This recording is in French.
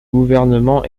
gouvernement